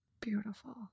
Beautiful